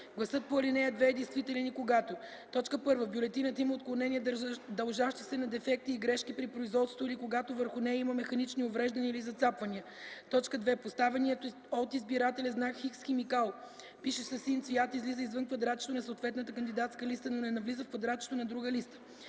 Гласът по ал. 2 е действителен и когато: 1. в бюлетината има отклонения, дължащи се на дефекти и грешки при производството, или когато върху нея има механични увреждания или зацапвания; 2. поставеният от избирателя знак „Х”, с химикал, пишещ със син цвят, излиза извън квадратчето на съответната кандидатска листа, но не навлиза в квадратчето на друга листа;